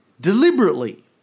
deliberately